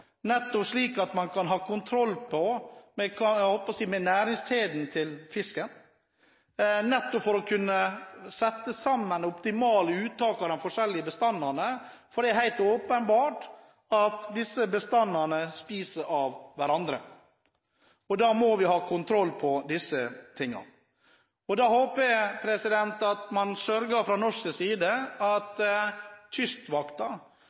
slik at man kan ha kontroll på næringskjeden til fisken, nettopp for å kunne sette sammen optimale uttak av de forskjellige bestandene, for det er helt åpenbart at disse bestandene spiser hverandre, og da må vi ha kontroll på disse tingene. Da håper jeg at man fra norsk side sørger for at